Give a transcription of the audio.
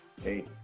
Hey